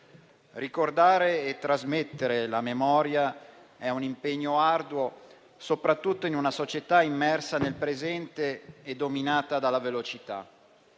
Ricordare e trasmettere la memoria è un impegno arduo, soprattutto in una società immersa nel presente e dominata dalla velocità.